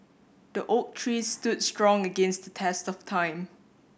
the oak tree stood strong against the test of time